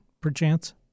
perchance